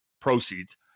proceeds